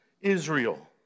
Israel